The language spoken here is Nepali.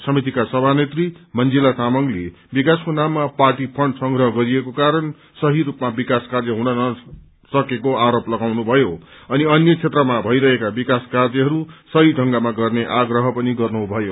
समितिका सभानेत्री मंजिला तामाङले विक्पसको नाममा पार्टी फण्ड संग्रह गरिएको कारण सक्षी रूपमा विकास कार्य हुन नसकेको आरोप लगाउनुभयो अनि अन्य क्षेत्रमा भइरहेका विकास कार्यहरू सही ढंगमा गर्ने आग्रह पनि गर्नुभयो